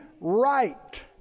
right